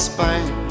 Spain